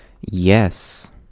Yes